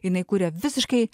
jinai kuria visiškai